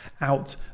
out